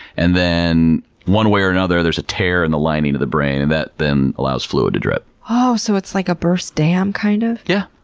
and then one way or another, there's a tear in the lining of the brain and that then allows fluid to drip. oh, so it's like a burst dam, kind of? yeah.